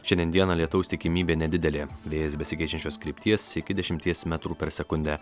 šiandien dieną lietaus tikimybė nedidelė vėjas besikeičiančios krypties iki dešimties metrų per sekundę